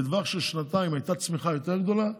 בטווח של שנתיים הייתה צמיחה יותר גדולה,